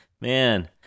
man